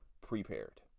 prepared